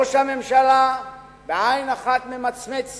ראש הממשלה בעין אחת ממצמץ